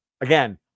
Again